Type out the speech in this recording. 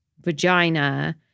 vagina